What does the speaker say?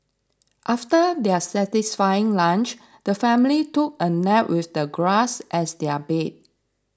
after their satisfying lunch the family took a nap with the grass as their bed